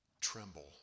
tremble